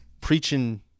preaching